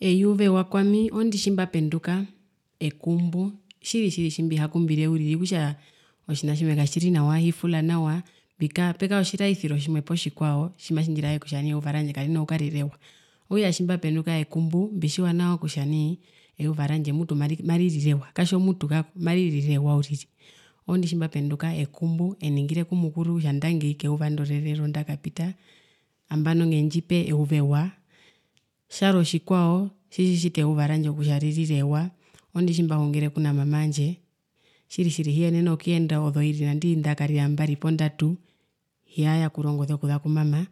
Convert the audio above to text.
Eyuva ewa kwami oondi tji mbapenduka ekumbu tjiri tjiri tjimbi hakumbire okutja otjina tjimwe katjiri nawa hifula nawa mbi pekara otjiyarisiro tjimwe poo otjikwao tjima ndjiyarisire kutja nai eyuva randje karino kukarira ewa okutja tjimba penduka ekumbu mbitjiwa nawa kutja nai kutja eyuva randje mutu maririre ewa katjo mutju kako maririre ewa uriri oondi tjimba penduka ekumbu eningire ku mukuru kutja ndangi keyuva ndi rerero ndakapita nambano ngetjipe eyuva tjarwe otjikwao tjitjita kutja eyuva randje ririre ewa oondi tjimba hungire kuna mama aandje tjitjiri hijenene okuyenda ozoiri andii ndakarira mbari poo ndatu hija jakura ongoze okuza ku mama